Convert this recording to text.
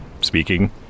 speaking